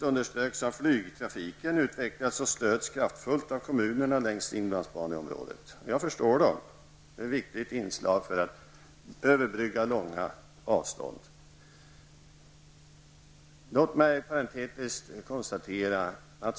Flygtrafiken har utvecklats och stöds kraftigt av kommunerna längs inlandsbanan. Jag förstår dem. Flyget är ett viktigt inslag för att överbrygga långa avstånd.